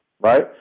right